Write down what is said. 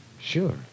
Sure